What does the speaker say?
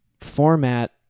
format